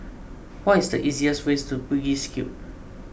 what is the easiest way to Bugis Cube